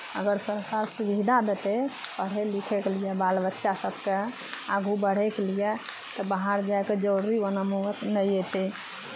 अगर सरकार सुविधा देतै पढ़य लिखयके लिए बाल बच्चा सभकेँ आगू बढ़यके लिए तऽ बाहर जायके जरूर नौबत नहि अयतै